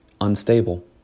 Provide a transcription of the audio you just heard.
unstable